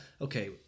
Okay